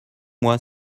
moi